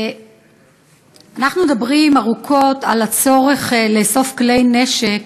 אנחנו מדברים ארוכות על הצורך לאסוף כלי נשק